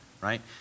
Right